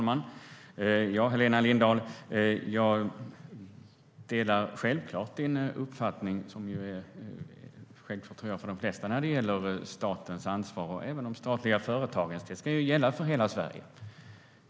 Herr talman! Jag delar självfallet din uppfattning, Helena Lindahl. Jag tror att den är självklar för de flesta när det gäller statens och även de statliga företagens ansvar. Det ska gälla för hela Sverige.